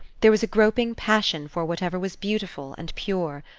there was a groping passion for whatever was beautiful and pure,